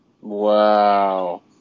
Wow